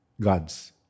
gods